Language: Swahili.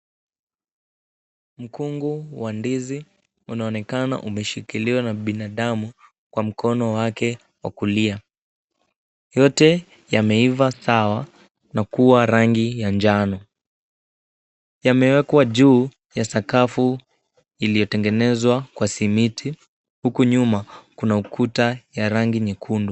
Mkungu wa ndizi unaonekana umeshikiliwa na binadamu, kwa mkono wake wa kulia. Yote yameiva sawa na kuwa rangi ya njano. yamewekwa juu ya sakafu iliyotengenezwa kwa simiti, huku nyuma kuna ukuta ya rangi nyekundu.